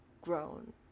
grown